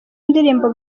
ndirimbo